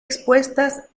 expuestas